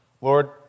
Lord